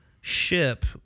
ship